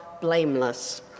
blameless